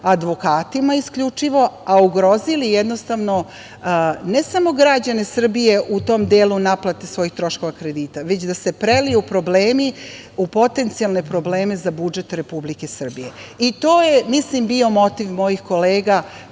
advokatima isključivo, a ugrozili jednostavno ne samo građane Srbije u tom delu naplate svojih troškova kredita, već da se preliju problemi u potencijalne probleme za budžet Republike Srbije i to je bio motiv mojih kolega